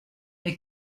mais